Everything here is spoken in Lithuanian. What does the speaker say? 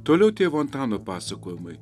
toliau tėvo antano pasakojimai